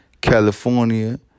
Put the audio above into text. California